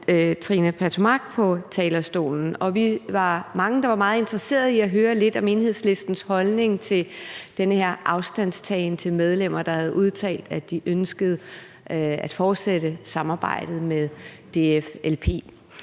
Trine Pertou Mach på talerstolen, og vi var mange, der var meget interesserede i at høre lidt om Enhedslistens holdning til den her afstandtagen til medlemmer, der havde udtalt, at de ønskede at fortsætte samarbejdet med DFLP.